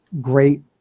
great